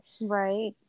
right